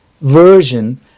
version